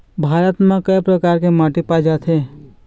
भारत म कय प्रकार के माटी पाए जाथे?